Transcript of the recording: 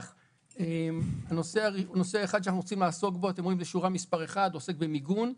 נושא אחד שאנחנו רוצים לעסוק בו עוסק במיגון.